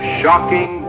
shocking